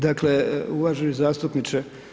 Dakle, uvaženi zastupniče.